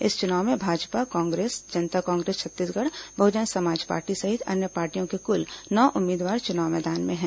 इस चुनाव में भाजपा कांग्रेस जनता कांग्रेस छत्तीसगढ़ बहुजन समाज पार्टी सहित अन्य पार्टियों के कुल नौ उम्मीदवार चुनाव मैदान में हैं